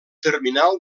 terminal